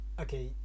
okay